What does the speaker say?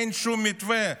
אין שום מתווה.